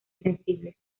sensibles